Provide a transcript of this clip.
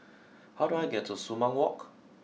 how do I get to Sumang Walk